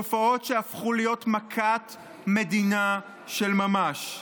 תופעות שהפכו להיות מכת מדינה של ממש.